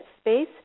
space